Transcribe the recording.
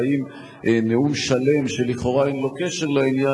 והאם נאום שלם שלכאורה אין לו קשר לעניין,